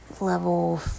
level